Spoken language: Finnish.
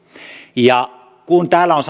kun täällä on